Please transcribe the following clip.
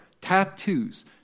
tattoos